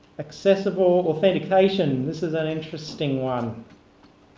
accessible authentication. this is an interesting one.